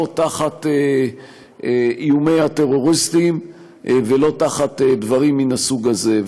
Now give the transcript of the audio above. לא תחת איומי הטרוריסטים ולא תחת דברים מן הסוג הזה.